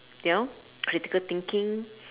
you know critical thinking